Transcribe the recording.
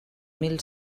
mil